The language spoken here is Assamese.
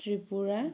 ত্ৰিপুৰা